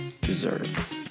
deserve